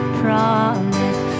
promise